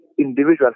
individual